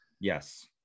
Yes